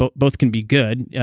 but both can be good, yeah